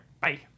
bye